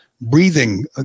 breathing